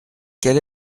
quelle